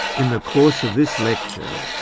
in the course of this lecture,